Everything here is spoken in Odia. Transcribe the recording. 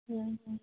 ହୁଁ ହୁଁ